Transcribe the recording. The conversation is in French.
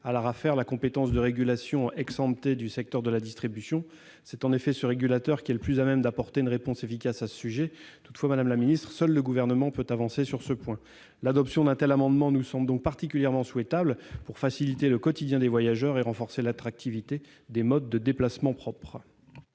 à l'Arafer la compétence de régulation du secteur de la distribution. Cette instance est en effet la plus à même d'apporter une réponse efficace. Toutefois, madame la ministre, seul le Gouvernement peut avancer sur ce point. L'adoption d'un tel amendement nous semble particulièrement souhaitable pour faciliter le quotidien des voyageurs et renforcer l'attractivité des modes de déplacement propres.